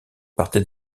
partait